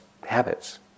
habits